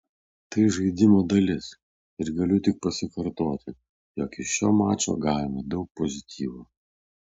tai žaidimo dalis ir galiu tik pasikartoti jog iš šio mačo gavome daug pozityvo